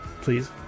Please